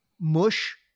mush